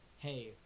hey